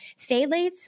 phthalates